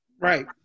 right